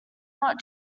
not